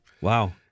Wow